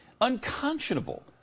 unconscionable